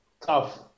tough